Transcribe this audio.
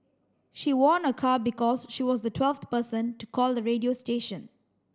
she won a car because she was the twelfth person to call the radio station